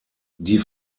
die